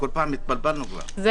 כמובן, זה